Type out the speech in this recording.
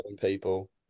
people